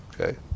Okay